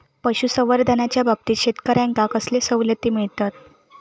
पशुसंवर्धनाच्याबाबतीत शेतकऱ्यांका कसले सवलती मिळतत?